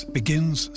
begins